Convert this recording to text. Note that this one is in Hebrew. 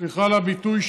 סליחה על הביטוי,